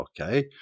Okay